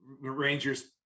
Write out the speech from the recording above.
Rangers